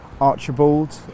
Archibald